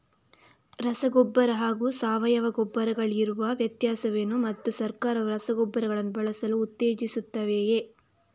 ರಸಗೊಬ್ಬರ ಹಾಗೂ ಸಾವಯವ ಗೊಬ್ಬರ ಗಳಿಗಿರುವ ವ್ಯತ್ಯಾಸವೇನು ಮತ್ತು ಸರ್ಕಾರವು ರಸಗೊಬ್ಬರಗಳನ್ನು ಬಳಸಲು ಉತ್ತೇಜಿಸುತ್ತೆವೆಯೇ?